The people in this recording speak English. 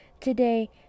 Today